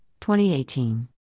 2018